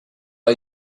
are